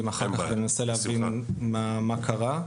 אז אני אשמח שנחליף אחר כך כמה מילים כדי שננסה להבין מה קרה.